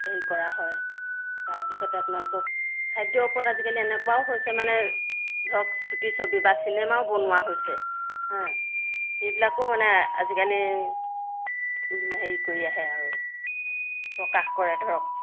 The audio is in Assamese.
হেৰি কৰা হয় তাৰপিছতে আপোনালোকক খাদ্যৰ ওপৰত আজিকালি এনেকুৱাও হৈছে মানে ধৰক ছুটি ছবি বা চিনেমাও বনোৱা হৈছে সেইবিলাকো মানে আজিকালি হেৰি কৰি আহে আৰু প্ৰকাশ কৰে ধৰক